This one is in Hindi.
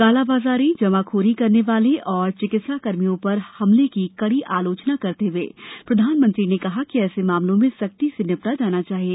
कालाबाजारी और जमाखोरी करने वाले और चिकित्सकर्मियों पर हमले की कड़ी आलोचना करते हुए प्रधानमंत्री ने कहा कि ऐसे मामलों में सख्ती से निपटा जाना चाहिए